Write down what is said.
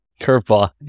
curveball